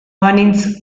banintz